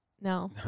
No